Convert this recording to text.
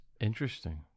Interesting